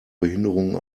behinderungen